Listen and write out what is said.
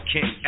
King